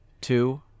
two